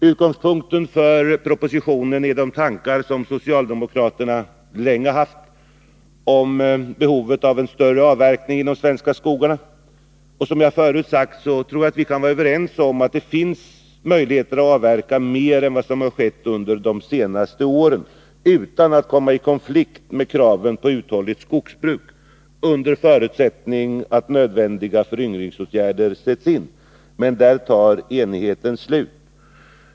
Utgångspunkten för propositionen är de tankar som socialdemokraterna länge haft om behovet av en större avverkning i de svenska skogarna. Som jag förut sade tror jag att vi kan vara överens om att det, under förutsättning att nödvändiga föryngringsåtgärder sätts in, finns möjligheter att avverka mer än vad som skett under de senaste åren utan att komma i konflikt med kravet på uthålligt skogsbruk. Men där tar enigheten slut.